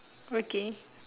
okay